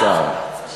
צריך להיות מאגר של